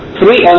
three